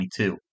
2022